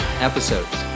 episodes